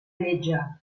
lletja